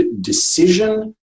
decision